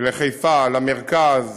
לחיפה, למרכז.